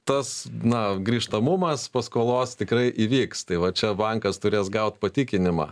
tas na grįžtamumas paskolos tikrai įvyks tai va čia bankas turės gaut patikinimą